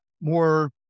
more